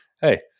hey